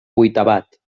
vuitavat